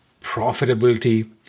profitability